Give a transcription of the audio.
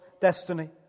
destiny